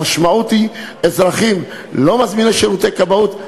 המשמעות של זה היא: אזרחים לא מזמינים שירותי כבאות,